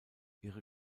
ihre